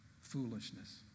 foolishness